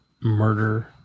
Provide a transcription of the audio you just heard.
murder